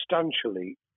substantially